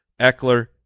Eckler